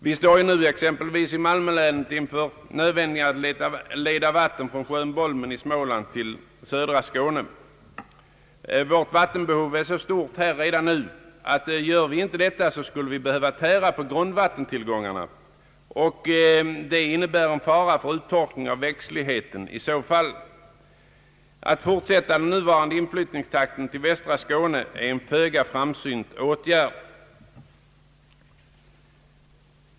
Nu står vi exempelvis i malmölänet inför nöd vändigheten att leda vatten från sjön Bolmen i Småland till södra Skåne. Vårt vattenbehov är så stort här redan nu att vi, om vi inte gör detta, skulle behöva tära på våra grundvattentillgångar, vilket innebär en fara för uttorkning av växtligheten. Att fortsätta den nuvarande inflyttningen till västra Skåne är en föga framsynt åtgärd.